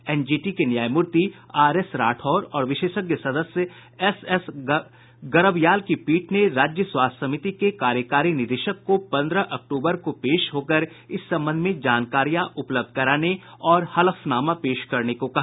NGT के न्यायमूर्ति R S Rathore और विशेषज्ञ सदस्य एसएस गरबयाल की पीठ ने राज्य स्वास्थ्य समिति के कार्यकारी निदेशक को पंद्रह अक्तूबर को पेश होकर इस संबंध में जानकारियां उपलब्ध कराने और हलफनामा पेश करने को कहा